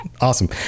awesome